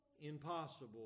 impossible